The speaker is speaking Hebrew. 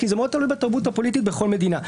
כי זה מאוד תלוי בתרבות הפוליטית בכל מדינה.